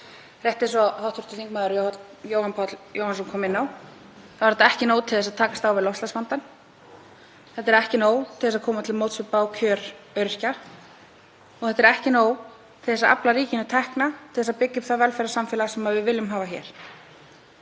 Rétt eins og hv. þm. Jóhann Páll Jóhannsson kom inn á er þetta ekki nóg til að takast á við loftslagsvandann. Þetta er ekki nóg til að koma til móts við bág kjör öryrkja og þetta er ekki nóg til að afla ríkinu tekna til að byggja upp það velferðarsamfélag sem við viljum hafa hér.